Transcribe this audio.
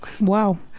Wow